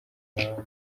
nk’abandi